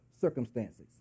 circumstances